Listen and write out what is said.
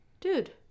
dude